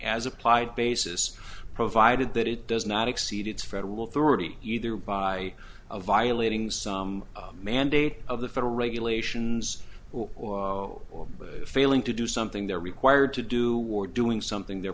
as applied basis provided that it does not exceed its federal authority either by a violating some mandate of the federal regulations or failing to do something they're required to do were doing something they're